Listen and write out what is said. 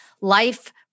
life